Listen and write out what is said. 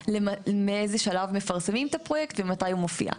מאיזה שלב מפרסמים את הפרויקט ומתי הוא מופיע.